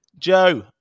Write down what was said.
Joe